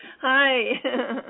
Hi